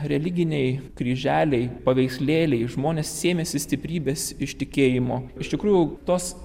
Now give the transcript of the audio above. religiniai kryželiai paveikslėliai žmonės sėmėsi stiprybės iš tikėjimo iš tikrųjų tos